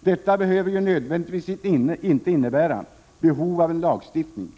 Detta behöver ju inte nödvändigtvis innebära behov av en lagstiftning.